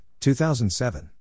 2007